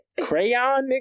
Crayon